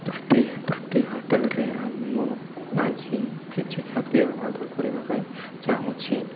ତୃପ୍ତି ତ୍ରୁଟି ହୋଟେଲ୍ରେ ଆମ ମୁଁ ଆଜି କିଛି ଖାଦ୍ୟ ଅର୍ଡ଼ର୍ କରିବା ପାଇଁ ଚାହୁଁଛି